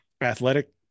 athletic